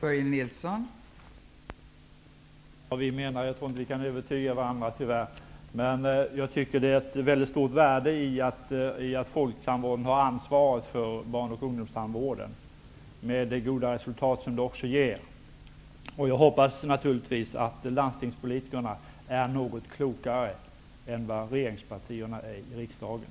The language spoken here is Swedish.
Fru talman! Jag tror tyvärr inte att vi kan övertyga varandra, men det ligger ett stort värde i att folktandvården har ansvaret för barn och ungdomstandvården, med det goda resultat som det ger. Jag hoppas naturligtvis att landstingspolitikerna är något klokare än regeringspartierna i riksdagen.